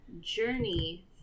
Journey